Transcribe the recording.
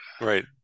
right